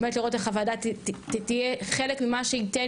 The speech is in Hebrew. באמת לראות איך הוועדה תהיה חלק ממה שייתן